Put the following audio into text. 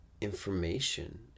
information